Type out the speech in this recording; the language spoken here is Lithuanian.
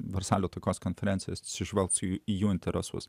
versalio taikos konferencijos atsižvelgs į jų interesus